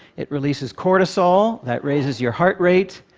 it releases cortisol that raises your heart rate,